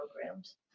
programs